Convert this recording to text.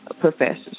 professors